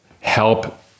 help